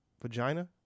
vagina